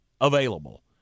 available